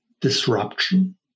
disruption